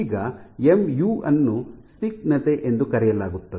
ಈಗ M U ಅನ್ನು ಸ್ನಿಗ್ಧತೆ ಎಂದು ಕರೆಯಲಾಗುತ್ತದೆ